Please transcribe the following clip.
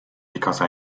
because